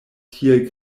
tiel